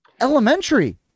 elementary